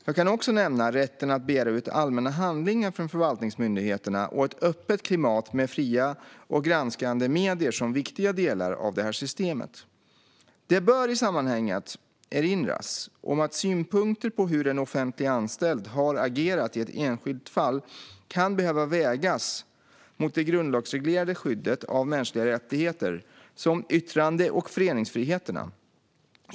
Jag kan också nämna rätten att begära ut allmänna handlingar från förvaltningsmyndigheterna och ett öppet klimat med fria och granskande medier som viktiga delar av det här systemet. Det bör i sammanhanget erinras om att synpunkter på hur en offentligt anställd har agerat i ett enskilt fall kan behöva vägas mot det grundlagsreglerade skyddet av mänskliga rättigheter, som yttrande och föreningsfriheterna.